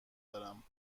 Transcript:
دارم